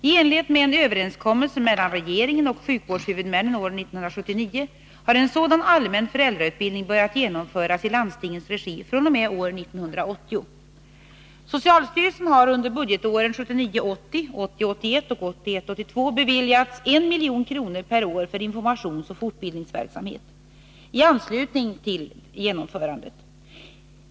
I enlighet med en överenskommelse mellan regeringen och sjukvårdshuvudmännen år 1979 har en sådan allmän föräldrautbildning börjat genomföras i landstingens regi fr.o.m. år 1980. Socialstyrelsen har under budgetåren 1979 81 och 1981/82 beviljats 1 milj.kr. per år för informationsoch fortbildningsverksamhet i anslutning till genomförandet.